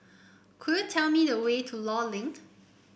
could you tell me the way to Law Link